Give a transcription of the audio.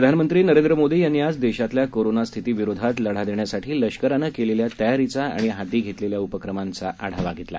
प्रधानमंत्री नरेंद्र मोदी यांनी आज देशातल्या कोरोनास्थितीविरोधात लढा देण्यासाठी लष्करानं केलेल्या तयारीचा आणि हाती घेतलेल्या उपक्रमांचा आढावा घेतला